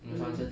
mm